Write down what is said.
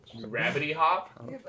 Rabbity-hop